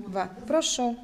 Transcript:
va prašau